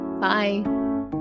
bye